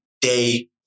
day